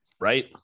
Right